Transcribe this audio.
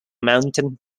mountain